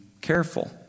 careful